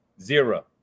zero